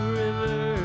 river